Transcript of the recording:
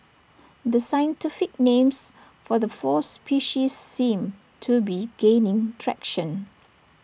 the scientific names for the four species seem to be gaining traction